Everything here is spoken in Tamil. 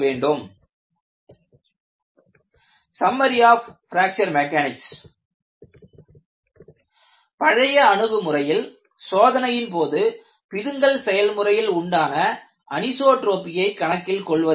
Summary of fracture parameters summary of fracture mechanics பழைய அணுகுமுறையில் சோதனையின் போது பிதுங்கல் செயல்முறையில் உண்டான அனிசோட்ரோபியை கணக்கில் கொள்வதில்லை